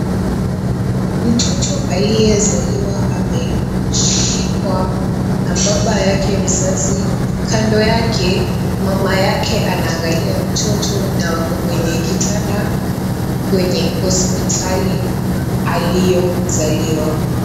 Mtoto aliyezaliwa ameshikwa na baba yake mzazi. Kando yake, mama yake anamwangalia mtoto na wako kwenye kitanda kwenye hospitali aliyozaliwa.